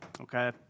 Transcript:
okay